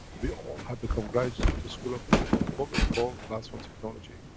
we all have become graduates of the school of what we call plasma technology